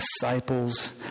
Disciples